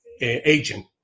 agent